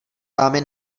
vámi